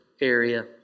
area